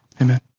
Amen